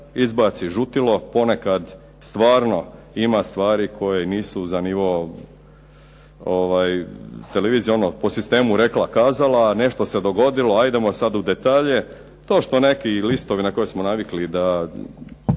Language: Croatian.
izbaci žutilo, ponekad stvarno ima stvari koje nisu za nivo televizije, ono po sistemu rekla-kazala nešto se dogodilo ajdemo sad u detalje. To što neki listovi na koje smo navikli da